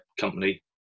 company